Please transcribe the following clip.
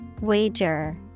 Wager